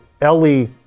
Ellie